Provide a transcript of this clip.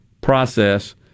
process